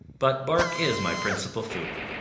but bark is my principal food.